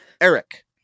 Eric